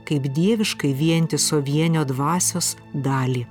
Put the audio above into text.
kaip dieviškai vientiso vienio dvasios dalį